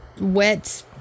wet